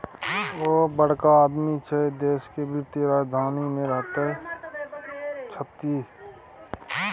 ओ बड़का आदमी छै देशक वित्तीय राजधानी मे रहैत छथि